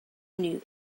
new